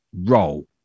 roll